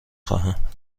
خواهم